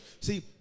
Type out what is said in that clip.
See